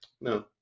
No